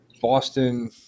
Boston